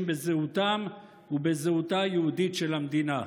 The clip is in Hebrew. בזהותם ובזהותה היהודית של המדינה.